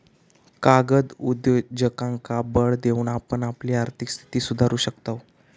कागद उद्योगांका बळ देऊन आपण आपली आर्थिक स्थिती सुधारू शकताव